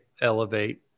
elevate